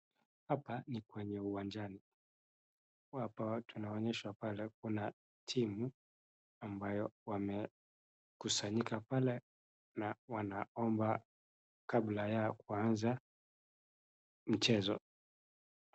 Hapa ni kwenye uwanjani, hapa tunaonyeshwa pale kuna timu ambayo wamekusanyika pale na wanaomba kabla ya kuanza mchezo.